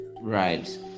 Right